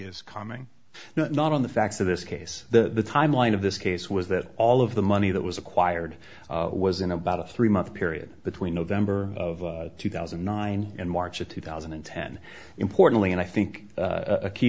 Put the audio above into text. is coming not on the facts of this case the timeline of this case was that all of the money that was acquired was in about a three month period between november of two thousand and nine and march of two thousand and ten importantly and i think a key